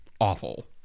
awful